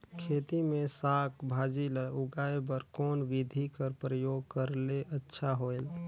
खेती मे साक भाजी ल उगाय बर कोन बिधी कर प्रयोग करले अच्छा होयल?